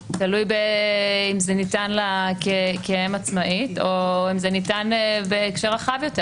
תלוי אם זה ניתן לה כאם עצמאית או אם זה ניתן בהקשר רחב יותר,